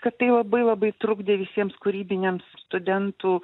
kad tai labai labai trukdė visiems kūrybiniams studentų